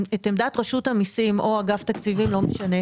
עמדת רשות המיסים או אגף תקציבים, לא משנה.